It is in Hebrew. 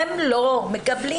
הם לא מקבלים.